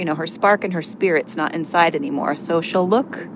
you know her spark and her spirit's not inside anymore. so she'll look